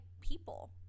people